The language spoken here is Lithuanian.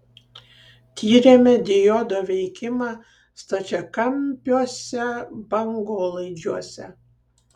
tyrėme diodo veikimą stačiakampiuose bangolaidžiuose